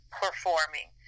performing